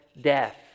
death